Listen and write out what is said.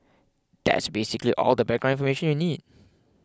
that's basically all the background information you need